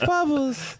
Bubbles